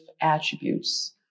attributes